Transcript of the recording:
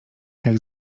jak